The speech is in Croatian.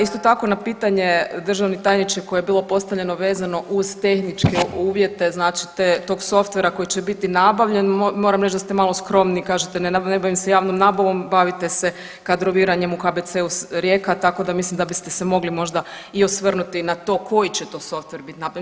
Isto tako na pitanje državni tajniče koje je bilo postavljeno vezano uz tehničke uvjete tog softvera koji će biti nabavljen, moram reći da ste malo skromni i kažete ne bavim se javnom nabavom bavite se kadroviranjem u KBC-u Rijeka tako da mislim da biste se mogli možda i osvrnuti na to koji će to softver biti nabavljen.